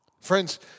Friends